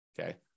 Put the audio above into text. okay